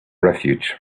refuge